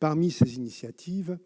Parmi ces initiatives,